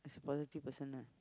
positive person lah